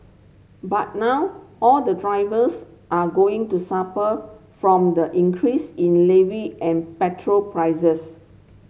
but now all the drivers are going to suffer from the increase in levy and petrol prices